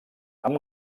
amb